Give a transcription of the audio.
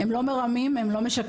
הם לא מרמים, הם לא משקרים.